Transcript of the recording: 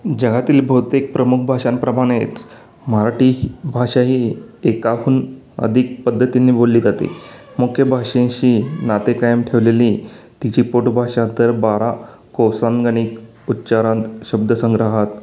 जगातील बहुतेक प्रमुख भाषांप्रमाणेच मराठी भाषा ही एकाहून अधिक पद्धतींनी बोलली जाते मुख्य भाषांशी नाते कायम ठेवलेली तिची पोटभाषा तर बारा कोसागणिक उच्चारात शब्दसंग्रहात